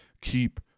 Keep